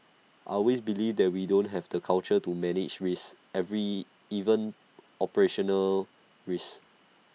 I always believe that we don't have the culture to manage risks every even operational risks